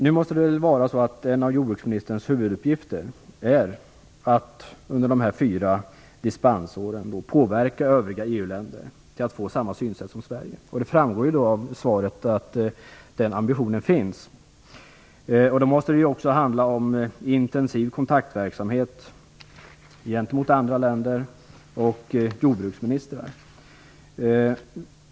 Det måste vara en av jordbruksministerns huvuduppgifter att under de fyra dispensåren påverka övriga EU-länder att få samma synsätt som Sverige. Det framgår av svaret att den ambitionen finns. Det måste bli fråga om en intensiv kontaktverksamhet gentemot andra länder och deras jordbruksministrar.